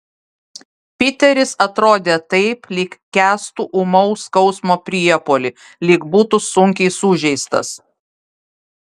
piteris atrodė taip lyg kęstų ūmaus skausmo priepuolį lyg būtų sunkiai sužeistas